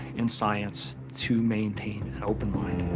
in science, to maintain an open mind.